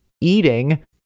eating